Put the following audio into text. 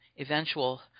eventual